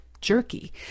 jerky